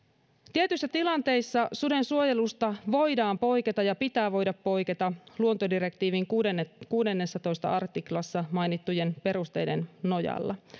tietyissä tilanteissa suden suojelusta voidaan poiketa ja pitää voida poiketa luontodirektiivin kuudennessatoista kuudennessatoista artiklassa mainittujen perusteiden nojalla